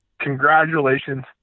congratulations